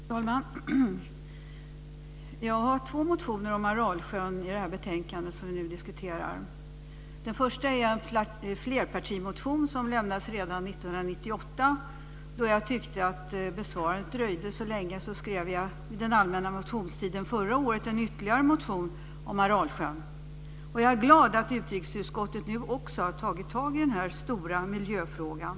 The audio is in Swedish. Fru talman! Jag har två motioner om Aralsjön i det betänkande som vi nu diskuterar. Den första är en flerpartimotion som lämnades redan 1998. Då jag tyckte att besvarandet dröjde så länge skrev ytterligare en motion om Aralsjön under den allmänna motionstiden förra året. Jag är glad att utrikesutskottet nu har tagit tag i den här stora miljöfrågan.